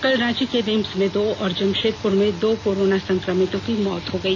कल रांची के रिम्स में दो और जमषेदपुर में दो कोरोना संकमितों की मौत हो गई